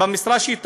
המשרה שהיא תעבוד,